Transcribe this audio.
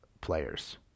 players